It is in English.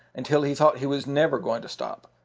until he thought he was never going to stop.